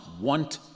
want